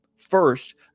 First